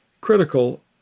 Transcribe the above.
critical